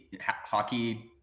hockey